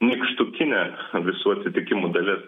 nykštukinė visų atsitikimų dalis